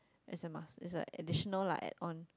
is a must is a additional like add on